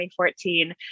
2014